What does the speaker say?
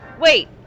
Wait